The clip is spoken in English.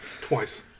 twice